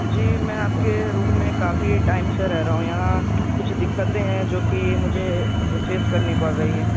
جی میں آپ کے روم میں کافی ٹائم سے رہ رہا ہوں یہاں کچھ دقتیں ہیں جو کہ مجھے فیس کرنی پڑ رہی ہیں